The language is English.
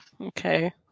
Okay